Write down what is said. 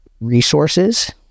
resources